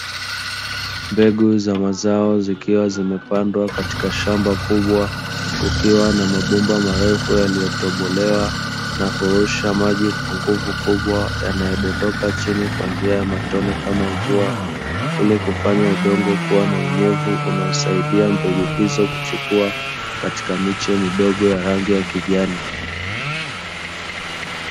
Mbegu za mazao zikiwa zimepandwa katika shamba kubwa, kukiwa na mabomba marefu yaliyotobolewa na kurusha maji kwa nguvu kubwa yanayodondoka chini kwa njia ya matone kama mvua. Ili kufanya udongo kuwa na unyevu unaosaidia mbegu hizo kuchipua katika miche midogo ya rangi ya kijani.